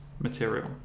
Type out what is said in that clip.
material